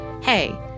hey